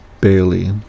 Bailey